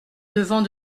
devant